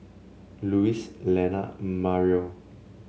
Louise Lana Mario